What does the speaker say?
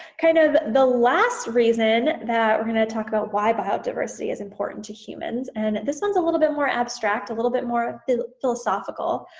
kind of the last reason that we're gonna talk about why biodiversity is important to humans. and this one's a little bit more abstract, a little bit more philosophical,